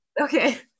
Okay